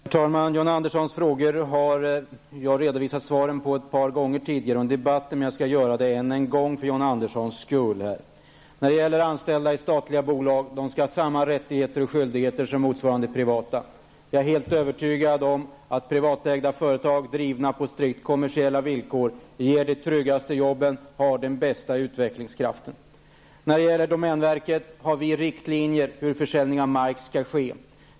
Herr talman! John Anderssons frågor har jag redovisat svaren på ett par gånger tidigare under debatten, men jag skall göra det än en gång för John Anderssons skull. Anställda i statliga bolag skall ha samma rättigheter och skyldigheter som i motsvarande privata bolag. Jag är helt övertygad om att privatägda företag, drivna på strikt kommersiella villkor, ger de tryggaste jobben och har den bästa utvecklingskraften. När det gäller domänverket finns det riktlinjer för hur försäljningen av mark skall ske.